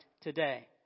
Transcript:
today